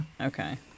okay